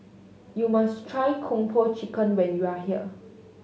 you must try Kung Po Chicken when you are here